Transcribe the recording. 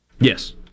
Yes